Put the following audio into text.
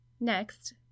Next